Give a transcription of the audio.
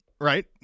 right